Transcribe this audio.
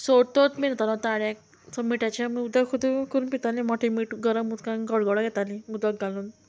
सोर थ्रोत बीन जातालो ताळ्याक सो मिठाचें आमी उदक उदक करून पितालीं मोटे मीट गरम उदकान गळगळो घेतालीं उदक घालून